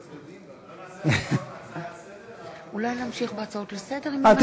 נעלה הצעות לסדר-היום?